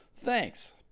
thanks